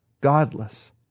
Godless